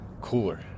cooler